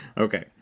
Okay